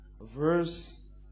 verse